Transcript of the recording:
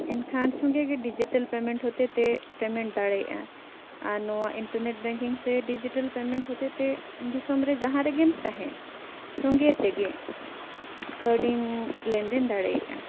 ᱮᱱᱠᱷᱟᱱ ᱥᱚᱸᱜᱮ ᱜᱮ ᱰᱤᱡᱤᱴᱮᱞ ᱯᱮᱢᱮᱱᱴ ᱦᱚᱛᱮᱛᱮ ᱯᱮᱢᱮᱱᱴ ᱫᱟᱲᱮᱭᱟᱜᱼᱟ ᱟᱨ ᱱᱚᱣᱟ ᱤᱱᱴᱟᱨᱱᱮᱴ ᱵᱮᱝᱠᱤᱝ ᱥᱮ ᱰᱤᱡᱤᱴᱮᱞ ᱯᱮᱢᱮᱱᱴ ᱦᱚᱛᱮᱡᱽᱼᱛᱮ ᱫᱤᱥᱚᱢ ᱨᱮ ᱡᱟᱦᱟᱸ ᱨᱮᱜᱮᱢ ᱛᱟᱦᱮᱱ ᱥᱚᱸᱜᱮ ᱛᱮᱜᱮ ᱠᱟᱹᱣᱰᱤᱢ ᱞᱮᱱᱫᱮᱱ ᱫᱟᱲᱮᱭᱟᱜᱼᱟ